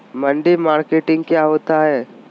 मंडी मार्केटिंग क्या होता है?